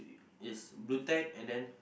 is blue tack and then